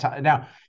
Now